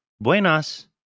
buenas